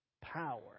Power